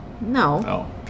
No